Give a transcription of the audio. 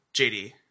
jd